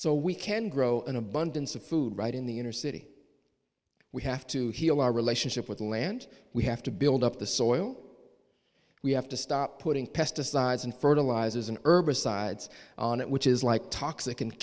so we can grow an abundance of food right in the inner city we have to heal our relationship with the land we have to build up the soil we have to stop putting pesticides and fertilizers and urban sides on it which is like toxic and